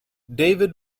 david